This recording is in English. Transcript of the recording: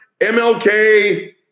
MLK